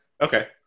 okay